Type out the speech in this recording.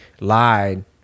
lied